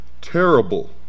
Terrible